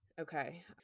okay